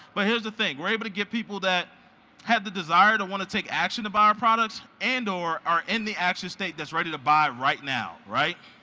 but here's the thing we're able to get people that have the desire to want to take action to buy our products, and or are in the action state that's ready to buy right now.